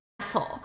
asshole